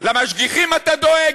למשגיחים אתה דואג?